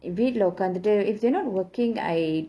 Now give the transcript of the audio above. வீட்ல உட்காந்துட்டு:veetla utkanthuttu if they're not working I